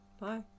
Bye